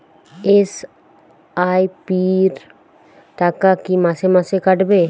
SIP র টাকা কী মাসে মাসে কাটবে?